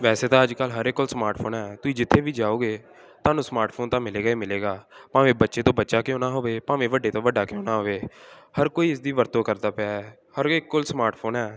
ਵੈਸੇ ਤਾਂ ਅੱਜ ਕੱਲ੍ਹ ਹਰ ਇੱਕ ਕੋਲ ਸਮਾਰਟਫੋਨ ਹੈ ਤੁਸੀਂ ਜਿੱਥੇ ਵੀ ਜਾਓਗੇ ਤੁਹਾਨੂੰ ਸਮਾਰਟਫੋਨ ਤਾਂ ਮਿਲੇਗਾ ਹੀ ਮਿਲੇਗਾ ਭਾਵੇਂ ਬੱਚੇ ਤੋਂ ਬੱਚਾ ਕਿਉਂ ਨਾ ਹੋਵੇ ਭਾਵੇਂ ਵੱਡੇ ਤੋਂ ਵੱਡਾ ਕਿਉਂ ਨਾ ਹੋਵੇ ਹਰ ਕੋਈ ਇਸ ਦੀ ਵਰਤੋਂ ਕਰਦਾ ਪਿਆ ਹਰ ਕੋਈ ਇੱਕ ਕੋਲ ਸਮਾਰਟਫੋਨ ਹੈ